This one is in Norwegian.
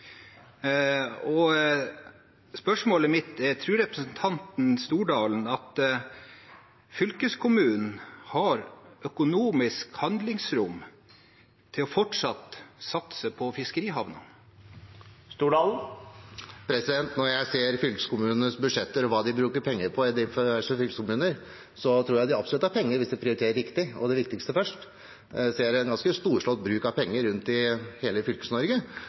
Norge. Spørsmålet mitt er: Tror representanten Stordalen at fylkeskommunene har økonomisk handlingsrom til fortsatt å satse på fiskerihavnene? Når jeg ser fylkeskommunenes budsjetter og hva de bruker penger på i diverse fylkeskommuner, tror jeg absolutt de har penger hvis de prioriterer riktig, og det viktigste først. Jeg ser en ganske storslått bruk av penger rundt i hele